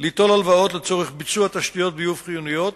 ליטול הלוואות לצורך ביצוע תשתיות ביוב חיוניות,